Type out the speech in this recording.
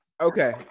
Okay